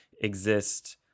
exist